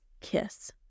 kiss